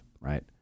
right